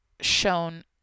shown